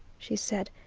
she said.